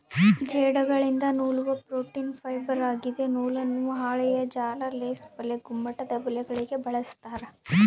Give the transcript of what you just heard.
ಜೇಡಗಳಿಂದ ನೂಲುವ protein fibre ಆಗಿದೆ ನೂಲನ್ನು ಹಾಳೆಯ ಜಾಲ ಲೇಸ್ ಬಲೆ ಗುಮ್ಮಟದಬಲೆಗಳಿಗೆ ಬಳಸ್ತಾರ